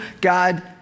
God